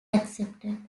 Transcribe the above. accepted